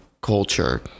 culture